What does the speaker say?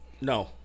No